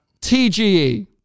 TGE